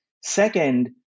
Second